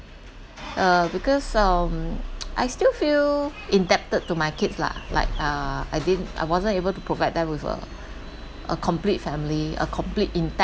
uh because um I still feel indebted to my kids lah like uh I didn't I wasn't able to provide them with a a complete family a complete intact